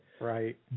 Right